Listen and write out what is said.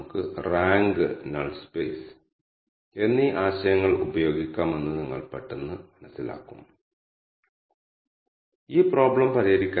ഈ inter max argument ഉപയോഗിച്ച് നിങ്ങൾക്ക് പരമാവധി ആവർത്തന പരിധി സജ്ജീകരിക്കാം